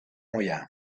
moià